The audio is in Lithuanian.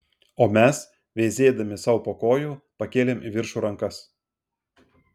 o mes veizėdami sau po kojų pakėlėm į viršų rankas